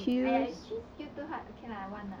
!aiya! if three skills too hard okay one lah one lah